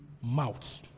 mouth